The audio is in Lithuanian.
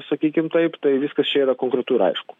sakykim taip tai viskas čia yra konkretu ir aišku